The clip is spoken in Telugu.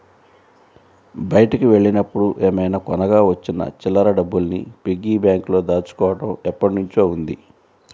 బయటికి వెళ్ళినప్పుడు ఏమైనా కొనగా వచ్చిన చిల్లర డబ్బుల్ని పిగ్గీ బ్యాంకులో దాచుకోడం ఎప్పట్నుంచో ఉంది